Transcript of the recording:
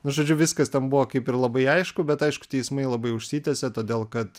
nu žodžiu viskas ten buvo kaip ir labai aišku bet aišku teismai labai užsitęsė todėl kad